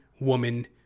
woman